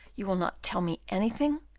you will not tell me anything?